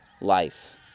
life